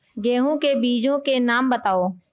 गेहूँ के बीजों के नाम बताओ?